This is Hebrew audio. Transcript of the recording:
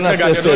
נכון אבל,